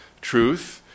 truth